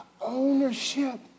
Ownership